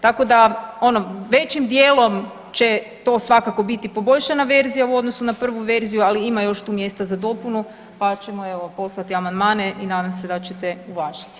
Tako da ono većim dijelom će to svakako biti poboljšana verzija u odnosu na prvu verziju, ali ima još tu mjesta za dopunu, pa ćemo evo poslati amandmane i nadam se da ćete uvažiti.